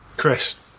Chris